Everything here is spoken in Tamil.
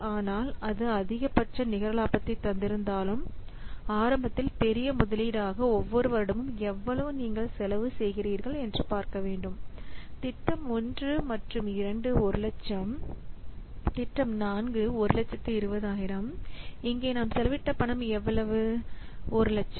ஆனால் அது அதிக பட்ச நிகர லாபத்தை தந்திருந்தாலும் ஆரம்பத்தில் பெரிய முதலீடாக ஒவ்வொரு வருடமும் எவ்வளவு நீங்கள் செலவு செய்கிறீர்கள் என்று பார்க்க வேண்டும் திட்டம் 1 மற்றும் 2 100000 திட்டம் 4 120000 இங்கே நாம் செலவிட்ட பணம் எவ்வளவு 100000